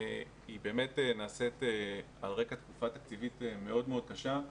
היא נעשית על רקע תקופה תקציבית מאוד מאוד קשה.